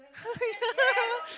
yeah